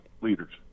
leaders